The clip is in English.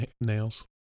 nails